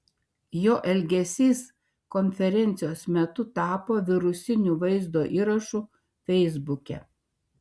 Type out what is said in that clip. jo elgesys konferencijos metu tapo virusiniu vaizdo įrašu feisbuke